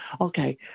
Okay